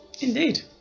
Indeed